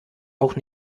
auch